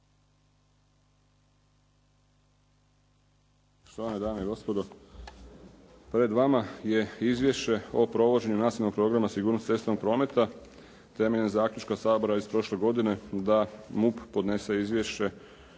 štovane dame i gospodo. Pred vama je Izvješće o provođenju Nacionalnog programa sigurnosti cestovnog prometa, temeljem zaključka Sabora iz prošle godine da MUP podnese izvješće